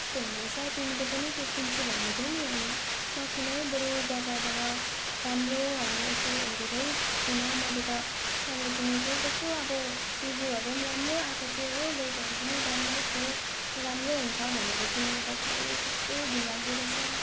त्यस्तो हुँदोरहेछ तिमीले पनि त्यो किन्छु भन्दैथ्यौ नि नकिन है बरू बजारबाट राम्रोहरू यसै हेरेरै किन मैले त त्यहाँबाट किनेको कस्तो अब रिभ्युहरू पनि राम्रो आएको थियो हो रेटहरू पनि राम्रो थियो राम्रो हुन्छ भनेर किनेको त खै कस्तो घिनलाग्दो रहेछ